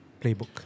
playbook